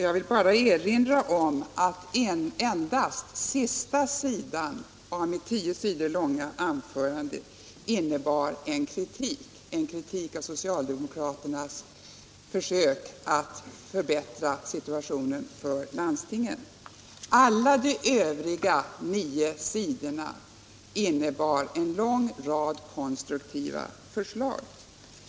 Jag vill då erinra om att endast sista sidan av mitt tio sidor långa anförande innebar en kritik av socialdemokraternas försök att förbättra situationen för landstingen. Alla de övriga nio sidorna innehöll en lång rad konstruktiva förslag.